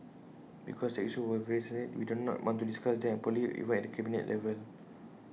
because tax issues were very sensitive we did not want to discuss them openly even at the cabinet level